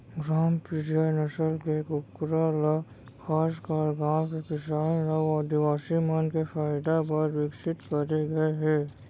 ग्रामप्रिया नसल के कूकरा ल खासकर गांव के किसान अउ आदिवासी मन के फायदा बर विकसित करे गए हे